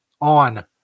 on